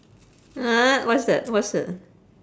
!huh! what's that what's that